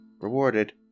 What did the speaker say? rewarded